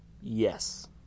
yes